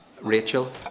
Rachel